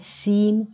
seem